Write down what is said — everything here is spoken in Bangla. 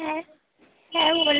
হ্যাঁ হ্যাঁ বলুন